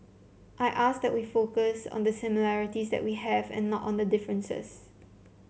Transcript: I ask that we focus on the similarities that we have and not on the differences